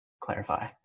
clarify